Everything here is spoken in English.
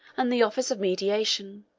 and the office of mediation